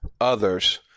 others